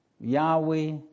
Yahweh